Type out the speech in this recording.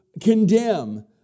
condemn